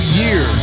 year